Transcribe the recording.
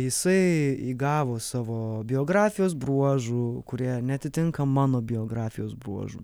jisai įgavo savo biografijos bruožų kurie neatitinka mano biografijos bruožų